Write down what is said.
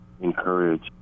encourage